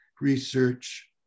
research